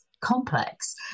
complex